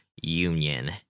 Union